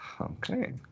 okay